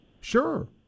sure